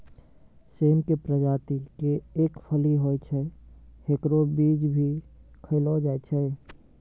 सेम के प्रजाति के एक फली होय छै, हेकरो बीज भी खैलो जाय छै